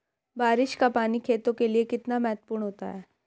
बारिश का पानी खेतों के लिये कितना महत्वपूर्ण होता है?